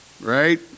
Right